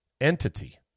entity